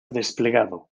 desplegado